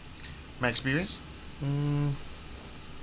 my experience mm